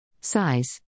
Size